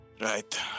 Right